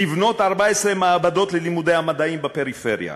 לבנות 14 מעבדות ללימודי המדעים בפריפריה,